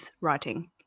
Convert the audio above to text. writing